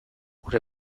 gure